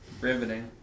Riveting